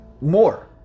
More